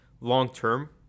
long-term